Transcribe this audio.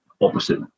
opposite